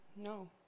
No